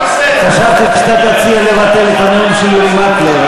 חשבתי שאתה תציע לבטל את הנאום של אורי מקלב,